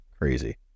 Crazy